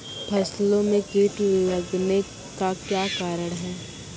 फसलो मे कीट लगने का क्या कारण है?